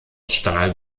stahl